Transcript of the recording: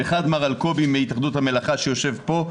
אחד מר אלקובי מהתאחדות המלאכה שיושב פה,